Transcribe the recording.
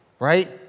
right